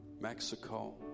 Mexico